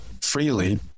freely